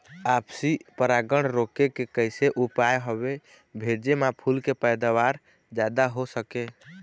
आपसी परागण रोके के कैसे उपाय हवे भेजे मा फूल के पैदावार जादा हों सके?